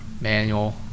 manual